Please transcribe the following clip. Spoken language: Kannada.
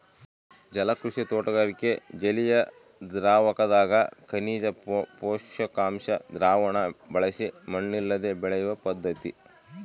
ಜಲಕೃಷಿ ತೋಟಗಾರಿಕೆ ಜಲಿಯದ್ರಾವಕದಗ ಖನಿಜ ಪೋಷಕಾಂಶ ದ್ರಾವಣ ಬಳಸಿ ಮಣ್ಣಿಲ್ಲದೆ ಬೆಳೆಯುವ ಪದ್ಧತಿ